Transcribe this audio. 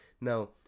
Now